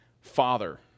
father